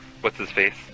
What's-His-Face